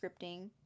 scripting